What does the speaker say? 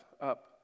up